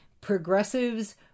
progressives